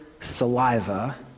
saliva